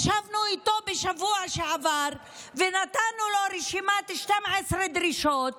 ישבנו איתו בשבוע שעבר ונתנו לו רשימת 12 דרישות